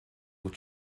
will